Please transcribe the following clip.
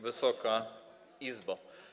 Wysoka Izbo!